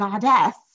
goddess